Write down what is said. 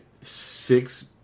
six